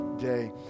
day